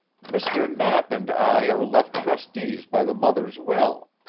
mr. knapp and i are left trustees by the mother's will.